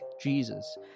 Jesus